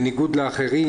בניגוד לאחרים,